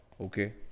okay